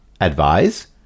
Advise